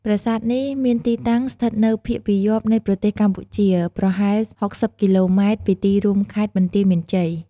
ប្រាសាទនេះមានទីតាំងស្ថិតនៅភាគពាយព្យនៃប្រទេសកម្ពុជា ប្រហែល ៦០ គីឡូម៉ែត្រពីទីរួមខេត្តបន្ទាយមានជ័យ។